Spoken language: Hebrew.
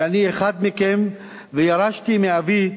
כי אני אחד מכם, וירשתי מאבי,